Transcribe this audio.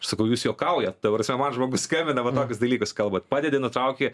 aš sakau jūs juokaujat ta prasme man žmogus skambina va tokius dalykus kalbat padedi nutrauk